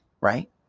right